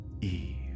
Eve